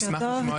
בוקר טוב.